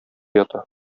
ята